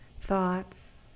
thoughts